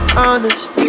honest